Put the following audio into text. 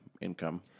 income